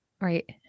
Right